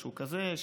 משהו כזה,